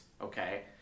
okay